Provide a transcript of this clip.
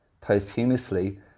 posthumously